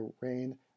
Rain